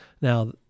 now